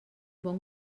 bon